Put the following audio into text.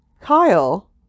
kyle